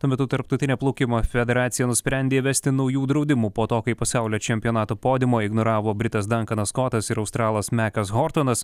tuo metu tarptautinė plaukimo federacija nusprendė įvesti naujų draudimų po to kai pasaulio čempionato podiumą ignoravo britas dankanas skotas ir australas mekas hortonas